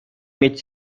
mieć